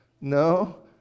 No